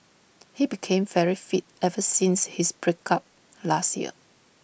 he became very fit ever since his break up last year